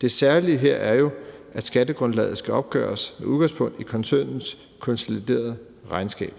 Det særlige her er jo, at skattegrundlaget skal opgøres med udgangspunkt i koncernens konsoliderede regnskab.